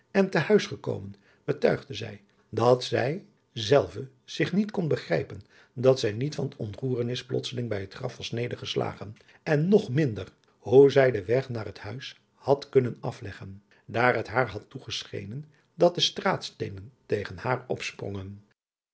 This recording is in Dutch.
en te huis gekomen betuigde zij dat zij zelve zich niet niet kon begrijpen dat zij niet van ontroerenis plotseling bij het graf was nedergeslagen en nog minder hoe zij den weg naar het huis had kunnen afleggen daar het haar had toegeschenen dat de straatsteenen tegen haar opsprongen